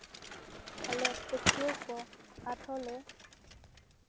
ᱟᱞᱮ ᱯᱟᱹᱴᱷᱩᱣᱟᱹ ᱠᱚ ᱟᱨᱦᱚᱸᱞᱮ